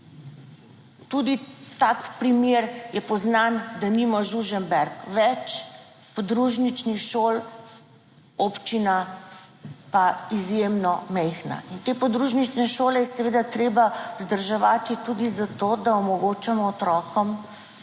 Tudi tak primer je poznan, denimo Žužemberk. Več podružničnih šol, občina pa izjemno majhna. In te podružnične šole je seveda treba vzdrževati tudi za to, da omogočamo otrokom